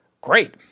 Great